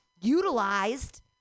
utilized